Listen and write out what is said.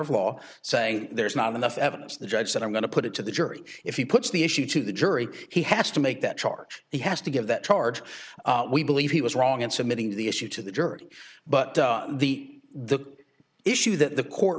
of law saying there's not enough evidence the judge said i'm going to put it to the jury if he puts the issue to the jury he has to make that charge he has to give that charge we believe he was wrong in submitting the issue to the jerk but the the issue that the court